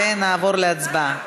ונעבור להצבעה.